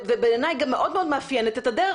ובעיניי גם מאוד מאוד מאפיינת את הדרך